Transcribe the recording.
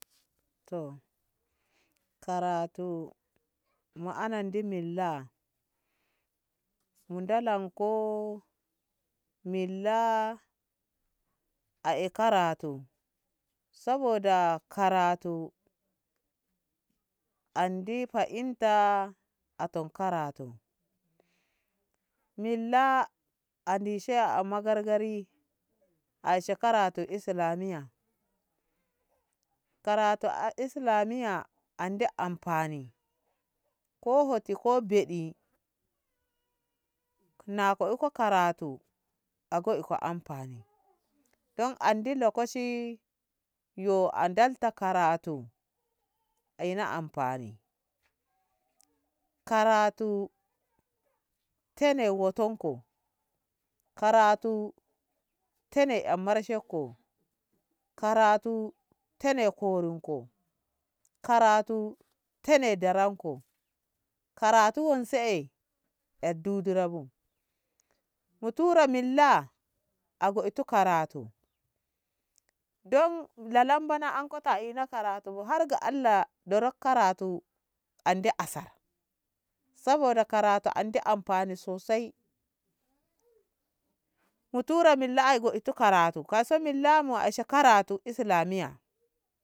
Toh karatu mu anadi milla mu dalanko milla ake karatu saboda karatu andi fahinta atom karatu milla andi she a magargagari a ishe karatu islamiya karatu a islamiya andi anfani ko hoti ko beɗi na ko iko karatu a goyko anfani don andi lokaci yo a ndalta karatu a in anfani karatu tene wo'otonku karatu tene a marshenko karatu tene korinko karatu tene daranko karatu wan se a dudurabu mu tura milla a goi tu karatu don lalamba na ako ta a ina karatubu har ga Allah durako karatu andi asar saboda karatu andi anfani sosai mu tura milla goyto karatu ka so milla ai so karatu islamiya.